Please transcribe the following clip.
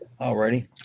Alrighty